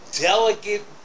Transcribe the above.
delicate